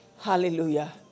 Hallelujah